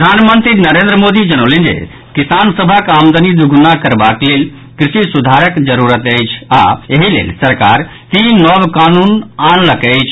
प्रधानमंत्री नरेन्द्र मोदी जनौलनि जे किसान सभक आमदनी दुगुना करबाक लेल कृषि सुधारक जरूरत अछि आओर एहि लेल सरकार तीन नव कानून आनलक अछि